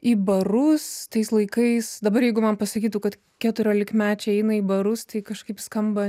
į barus tais laikais dabar jeigu man pasakytų kad keturiolikmečiai eina į barus tai kažkaip skamba